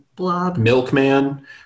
milkman